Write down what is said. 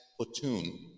platoon